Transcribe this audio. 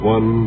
One